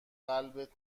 قلبت